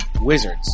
Wizards